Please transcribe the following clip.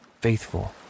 faithful